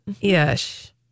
Yes